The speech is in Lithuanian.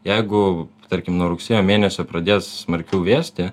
jeigu tarkim nuo rugsėjo mėnesio pradės smarkiau vėsti